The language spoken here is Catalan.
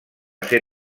ser